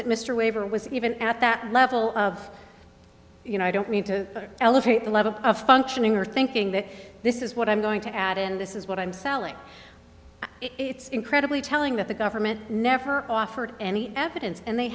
that mr waiver was even at that level of you know i don't mean to elevate the level of functioning or thinking that this is what i'm going to add in this is what i'm selling it's incredibly telling that the government never offered any evidence and they